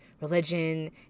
religion